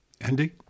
Andy